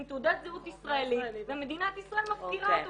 עם תעודת זהות ישראלית ומדינת ישראל מפקירה אותו